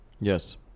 Yes